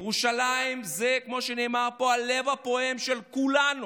ירושלים, כמו שנאמר פה, היא הלב הפועם של כולנו.